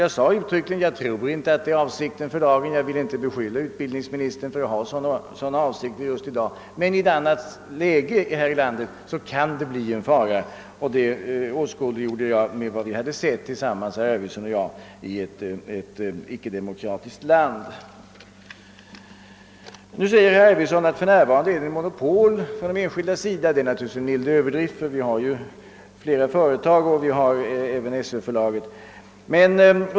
Jag sade uttryckligen att jag inte tror att det är avsikten med förslaget — jag vill inte beskylla den nuvarande utbildningsministern för att ha sådana avsikter — men i ett annat läge kan det bli en fara, och det åskådliggjorde jag med exempel på vad herr Arvidson och jag hade sett i ett icke-demokratiskt land. Herr Arvidson sade att läromedelsutgivningen för närvarande handhas av ett enskilt monopol. Det är naturligtvis en mild överdrift; vi har ju flera andra företag, och vi har även SöÖ-förlaget.